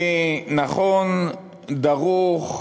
אני נכון, דרוך,